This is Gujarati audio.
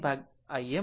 આ Vm Im2 છે